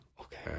Okay